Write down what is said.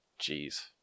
Jeez